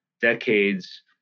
decades